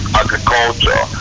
agriculture